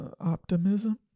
optimism